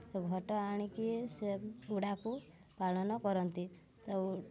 ଘଟ ଆଣିକି ସେ ଉଡ଼ାକୁ ପାଳନ କରନ୍ତି ତ